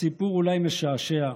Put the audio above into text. הסיפור אולי משעשע,